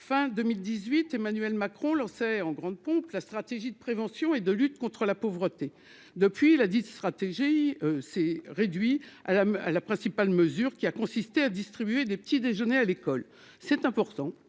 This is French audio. fin 2018 Emmanuel Macron lançait en grande pompe la stratégie de prévention et de lutte contre la pauvreté depuis là, 10 stratégie s'est réduit à la à la principale mesure qui a consisté à distribuer des petits déjeuners à l'école, c'est important,